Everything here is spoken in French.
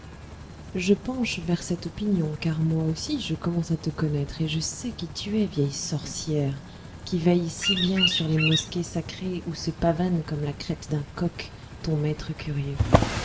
je penche vers cette opinion car moi aussi je commence à te connaître et je sais qui tu es vieille sorcière qui veille si bien sur les mosquées sacrées où se pavane comme la crête d'un coq ton maître curieux